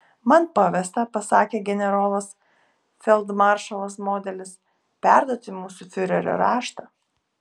man pavesta pasakė generolas feldmaršalas modelis perduoti mūsų fiurerio raštą